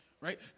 Right